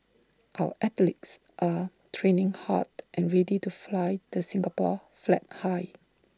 our athletes are training hard and ready to fly the Singapore flag high